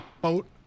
boat